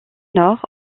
nord